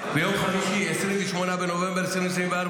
ביום חמישי 28 בנובמבר 2024,